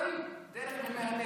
מחוברים דרך מימי הנגב.